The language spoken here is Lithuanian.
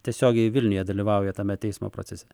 tiesiogiai vilniuje dalyvauja tame teismo procese